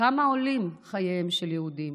כמה עולים חייהם של יהודים?